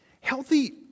healthy